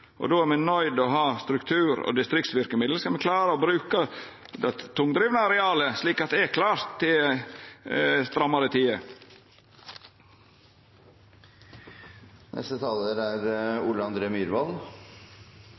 er nøydde til å ha struktur og distriktsverkemiddel skal me klara å bruka dette tungdrivne arealet, slik at det er klart til strammare